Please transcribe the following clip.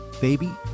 baby